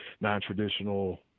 non-traditional